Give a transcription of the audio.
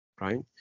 right